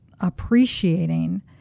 appreciating